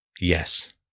yes